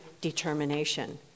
determination